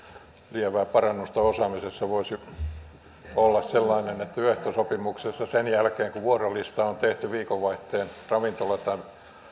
lievää parannusta osaamisessa voisi olla sikäli että työehtosopimuksessa sen jälkeen kun vuorolista on tehty viikonvaihteen ravintola tai